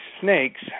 snakes